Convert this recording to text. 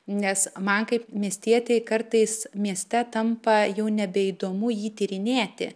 nes man kaip miestietei kartais mieste tampa jau nebeįdomu jį tyrinėti